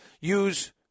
use